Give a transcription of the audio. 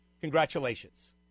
Congratulations